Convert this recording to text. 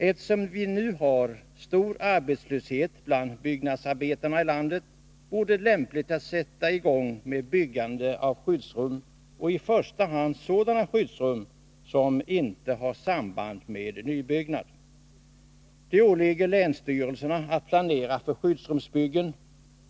Eftersom vi nu har stor arbetslöshet bland byggnadsarbetarna i landet, vore det lämpligt att sätta i gång med byggande av skyddsrum, i första hand sådana skyddsrum som inte har samband med nybyggnad. Det åligger länsstyrelserna att planera för skyddsrumsbyggen.